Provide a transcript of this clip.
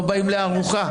לא באים לארוחה.